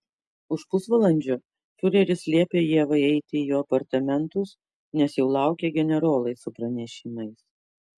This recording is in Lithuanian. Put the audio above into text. už pusvalandžio fiureris liepė ievai eiti į jo apartamentus nes jau laukė generolai su pranešimais